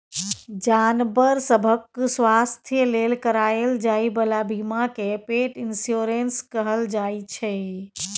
जानबर सभक स्वास्थ्य लेल कराएल जाइ बला बीमा केँ पेट इन्स्योरेन्स कहल जाइ छै